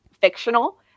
fictional